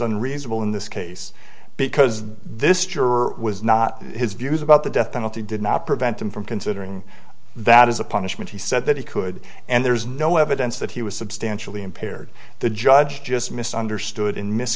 unreasonable in this case because this juror was not his views about the death penalty did not prevent him from considering that as a punishment he said that he could and there's no evidence that he was substantially impaired the judge just misunderstood